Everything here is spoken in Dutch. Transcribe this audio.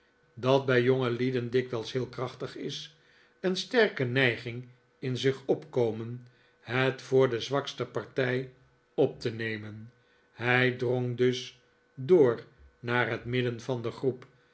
dat bij jongelieden dikwijls heel krachtig is een sterke neiging in zich opkomen het voor de zwakste partij op te nemen hij drong dus door naar het midden van de groep